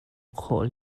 khawh